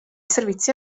servizi